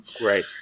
Right